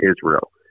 Israel